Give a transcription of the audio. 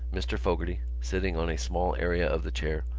mr. fogarty, sitting on a small area of the chair,